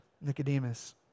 Nicodemus